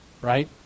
right